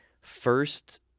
first